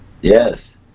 Yes